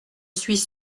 suis